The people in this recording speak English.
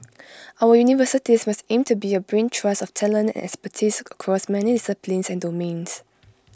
our universities must aim to be A brain trust of talent and expertise across many disciplines and domains